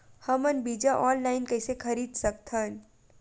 हमन बीजा ऑनलाइन कइसे खरीद सकथन?